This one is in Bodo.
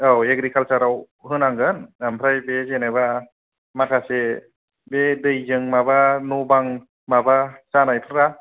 औ एग्रिकालसाराव होनांगोन ओमफ्राय बे जेनेबा माखासे बे दैजों माबा न' बां माबा जानायफ्रा